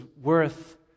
worth